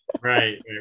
right